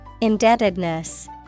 Indebtedness